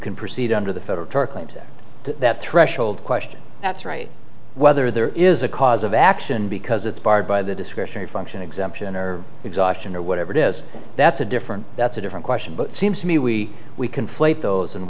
can proceed under the federal tort claims that threshold question that's right whether there is a cause of action because it's barred by the discretionary function exemption or exhaustion or whatever it is that's a different that's a different question but it seems to me we we conflate those and